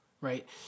right